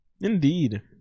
Indeed